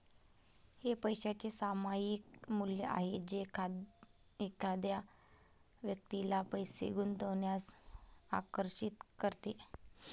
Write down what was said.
हे पैशाचे सामायिक मूल्य आहे जे एखाद्या व्यक्तीला पैसे गुंतवण्यास आकर्षित करते